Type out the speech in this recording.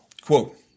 Quote